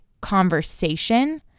conversation